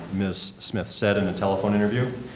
ms. smith said in a telephone interview.